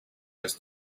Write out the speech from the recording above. has